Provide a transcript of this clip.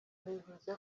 bivuze